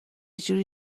جوری